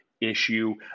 issue